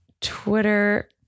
Twitter